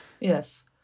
yes